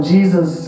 Jesus